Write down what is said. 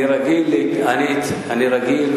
אני רגיל,